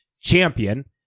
champion